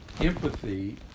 empathy